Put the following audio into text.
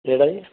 ਕਿਹੜਾ ਏ